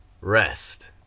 Rest